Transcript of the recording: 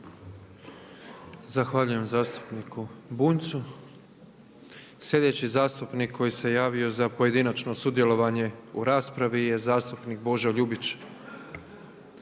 Zahvaljujem zastupniku Bunjcu. Slijedeći zastupnik koji se javio za pojedinačno sudjelovanje u raspravi je zastupnik Božo Ljubić.